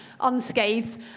unscathed